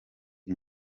iri